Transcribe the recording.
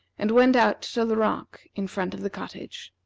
and went out to the rock in front of the cottage.